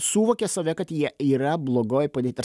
suvokė save kad jie yra blogoj padėty ta prasme